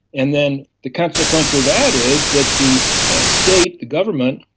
and then the consequence of that is that the state, the government,